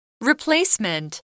Replacement